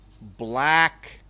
black